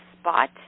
spot